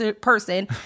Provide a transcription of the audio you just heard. person